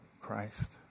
Christ